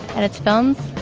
and it's done